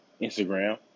Instagram